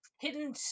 Hidden